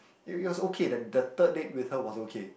it it was okay the the third date with her was okay